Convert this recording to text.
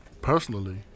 Personally